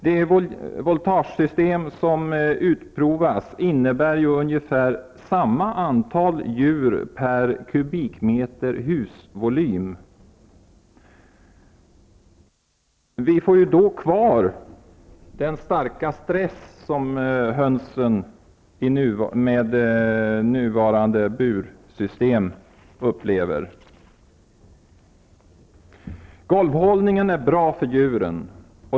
Det voletagesystem som utprovas innebär ju ungefär samma antal djur per kubikmeter husvolym. Då får vi ju kvar den stora stress som hönsen upplever med nuvarande bursystem. Golvhållningen är bra för djuren.